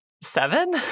seven